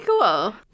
cool